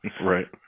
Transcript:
Right